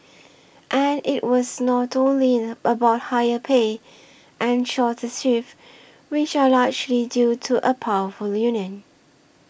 and it was not only about higher pay and shorter shifts which are largely due to a powerful union